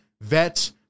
vets